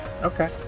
Okay